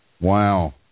Wow